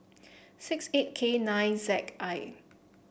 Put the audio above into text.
six eight K nine Z I